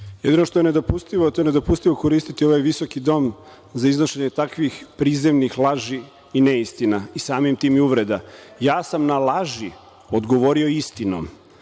Jedino što je nedopustivo, a to je nedopustivo koristiti ovaj visoki dom za iznošenje takvih prizemnih laži i neistina i samim tim i uvreda. Ja sam na laži odgovorio istinom.